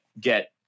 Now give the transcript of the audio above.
get –